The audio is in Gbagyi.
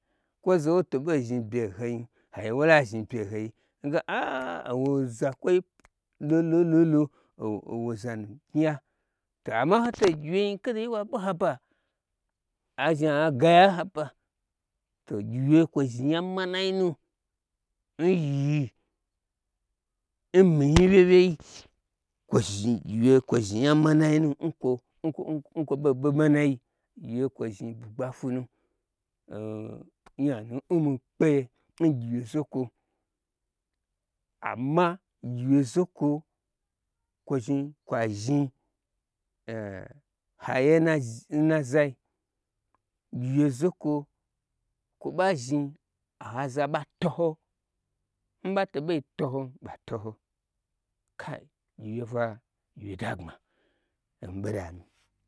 Kwo za woto ɓo zhni bye n hoi hagye wo la zhni bye n hoi nge a a a owo zakwoi n lololo owo zanu guyi ya to amma n hoto ngyi wyei nijikado ye wa be haba azhni agaya n haba to gyi wye kwo zhni nya manainu nyii nmi nyi wyei wyei kwo zhni gyiwye kwo zhni nya manai nu nkwo ɓo ɓo manai gyi wye kwo zhni bwugba fwunu nya nu nmikpeye n gyiwye zokwo. Amma gyi wye zokwo kwo zni kwa zhni haye na zai, gyiwye zokwo kwoba zhni ohaza ɓa toho nɓa to ɓei to hon ɓa to ho. Kai gyi wye fwa gyiwye dagbma